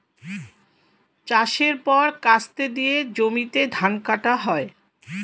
চাষের পর কাস্তে দিয়ে জমিতে ধান কাটা হয়